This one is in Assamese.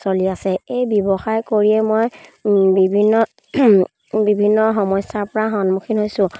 চলি আছে এই ব্যৱসায় কৰিয়ে মই বিভিন্ন বিভিন্ন সমস্যাৰ পৰা সন্মুখীন হৈছোঁ